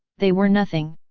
they were nothing.